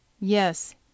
Yes